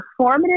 performative